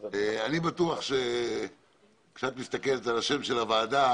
אני בטוח שכשאת מסתכלת על שם הוועדה,